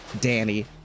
danny